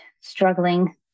struggling